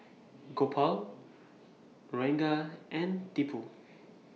Gopal Ranga and Tipu